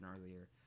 earlier